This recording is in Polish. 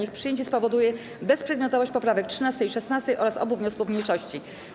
Ich przyjęcie spowoduje bezprzedmiotowość poprawek 13. i 16. oraz obu wniosków mniejszości.